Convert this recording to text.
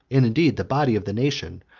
and indeed the body of the nation,